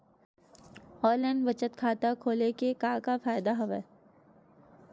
online बचत खाता खोले के का का फ़ायदा हवय